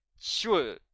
Sure